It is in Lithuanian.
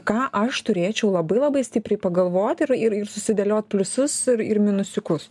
ką aš turėčiau labai labai stipriai pagalvot ir ir ir susidėliot pliusus ir ir minusiukus